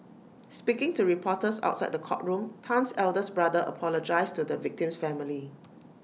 speaking to reporters outside the courtroom Tan's eldest brother apologised to the victim's family